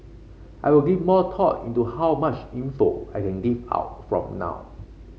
I will give more thought into how much info I will give out from now